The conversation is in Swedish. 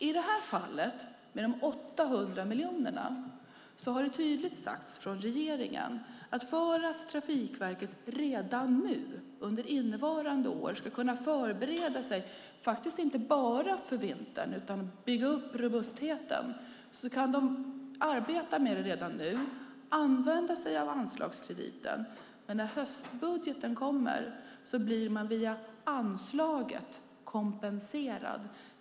I fallet med de 800 miljonerna har det tydligt sagts från regeringen att Trafikverket för att redan under innevarande år kunna förbereda sig, inte bara för vintern utan för att bygga upp robustheten, kan arbeta med detta nu och använda sig av anslagskrediten. När höstbudgeten kommer blir man dock kompenserad via anslaget.